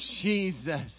Jesus